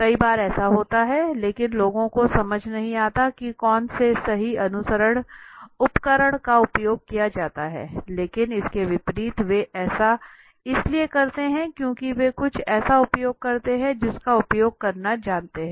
कई बार ऐसा होता है लेकिन लोगों को समझ में नहीं आता कि कौन से सही अनुसंधान उपकरण का उपयोग किया जाता है लेकिन इसके विपरीत वे ऐसा इसलिए करते हैं क्योंकि वे कुछ ऐसा उपयोग करते हैं जिसका उपयोग करना जानते हैं